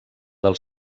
del